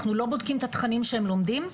אנחנו לא בודקים את התכנים שהם לומדים.